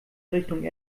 richtung